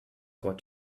what